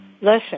Listen